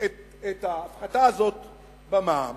את ההפחתה הזאת במע"מ,